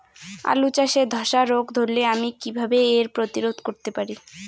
আলু চাষে ধসা রোগ ধরলে আমি কীভাবে এর প্রতিরোধ করতে পারি?